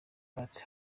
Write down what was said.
party